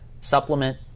supplement